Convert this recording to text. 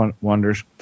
wonders